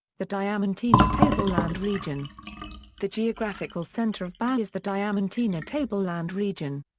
the diamantina tableland region the geographical center of bahia is the diamantina tableland region.